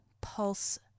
pulse